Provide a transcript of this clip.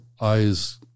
eyes